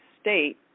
state